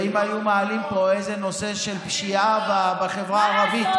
ואם היו מעלים פה איזה נושא של פשיעה בחברה הערבית,